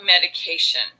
medication